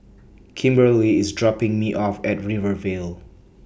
Kimberely IS dropping Me off At Rivervale